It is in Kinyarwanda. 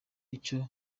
icyo